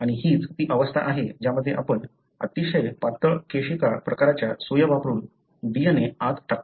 आणि हीच अशी अवस्था आहे ज्यामध्ये आपण अतिशय पातळ केशिका प्रकारच्या सुया वापरून DNA आत टाकतो